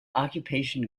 occupation